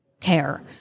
care